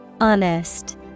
Honest